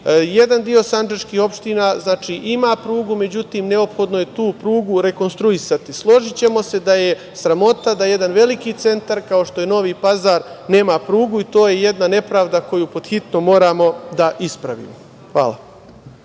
Jedan deo Sandžačkih opština ima prugu, znači međutim, neophodno je tu prugu rekonstruisati. Složićemo se da je sramota da jedan veliki centar, kao što je Novi Pazar nema prugu i to je jedna nepravda koju pod hitno moramo da ispravimo. Hvala.